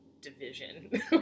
division